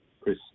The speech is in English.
Chris